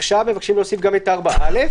עכשיו מבקשים להוסיף גם את (4א),